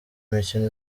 umukino